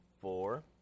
four